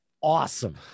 awesome